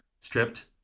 stripped